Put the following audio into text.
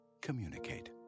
Communicate